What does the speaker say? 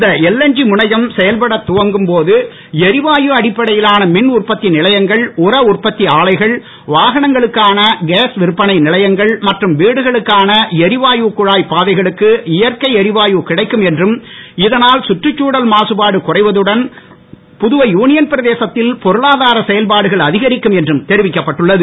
இந்த எல்என்றி முனையம் செயல்பட துவங்கும் போது எரிவாயு அடிப்படையிலான மின்உற்பத்தி நிலையங்கள் உர உற்பத்தி ஆலைகள் வாகனங்களுக்கான கேஸ் விற்பனை நிலையங்கள் மற்றும் வீடுகளுக்கான எரிவாயு குழாய் பாதைகளுக்கு இயற்கை எரிவாயு இடைக்கும் என்றும் இதனால் கற்றுச்சூழல் மாசுபாடு குறைவதுடன் புதுவை யூனியன் பிரதேசத்தில் பொருளாதார செயல்பாடுகள் அதிகரிக்கும் என்றும் தெரிவிக்கப்பட்டுள்ளது